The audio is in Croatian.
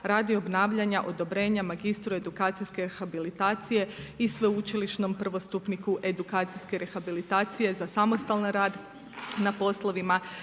radi obnavljanja odobrenja magistru edukacijske rehabilitacije i sveučilišnom prvostupniku edukacijske rehabilitacije za samostalan rad na poslovima